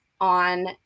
on